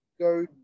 Go